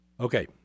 Okay